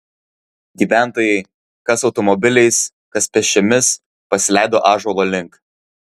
gyventojai kas automobiliais kas pėsčiomis pasileido ąžuolo link